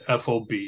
FOB